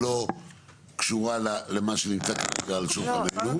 שלא קשורה למה שנמצא כאן על השולחן.